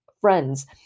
friends